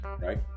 Right